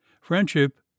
friendship